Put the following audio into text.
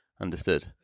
understood